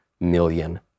million